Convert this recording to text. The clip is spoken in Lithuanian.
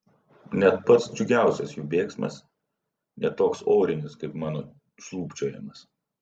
net pats džiugiausias jų bėgsmas ne toks orinis kaip mano šlubčiojimas